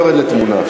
(תיקון מס' 7) (חובת השאלת ספרי לימוד),